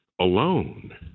alone